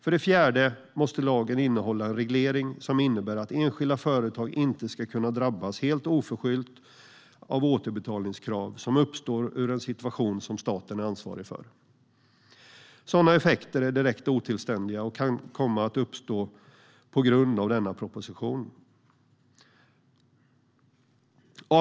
För det fjärde måste lagen innehålla en reglering som innebär att en-skilda företag inte ska kunna drabbas helt oförskyllt av återbetalningskrav som uppstår ur en situation som staten är ansvarig för. Sådana effekter är direkt otillständiga och kan komma att uppstå på grund av denna proposition. Herr talman!